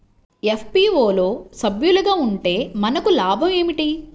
FPO లో సభ్యులుగా ఉంటే మనకు లాభం ఏమిటి?